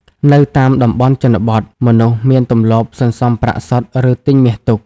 នៅតាមតំបន់ជនបទ មនុស្សមានទម្លាប់សន្សំប្រាក់សុទ្ធ ឬទិញមាសទុក។